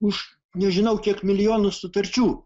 už nežinau kiek milijonų sutarčių